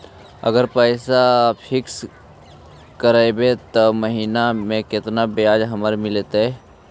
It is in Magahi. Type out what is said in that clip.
अगर पैसा फिक्स करबै त महिना मे केतना ब्याज हमरा मिलतै?